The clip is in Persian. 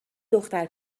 دختر